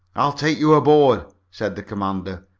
i'll take you aboard, said the commander.